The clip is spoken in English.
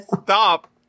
Stop